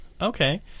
Okay